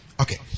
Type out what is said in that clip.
Okay